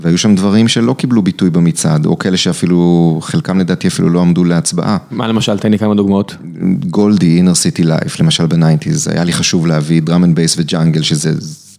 והיו שם דברים שלא קיבלו ביטוי במצעד, או כאלה שאפילו חלקם לדעתי אפילו לא עמדו להצבעה. מה למשל, תן לי כמה דוגמאות. גולדי, אינר סיטי לייפ, למשל בניינטיז, היה לי חשוב להביא דראם אנד בייס וג'אנגל שזה...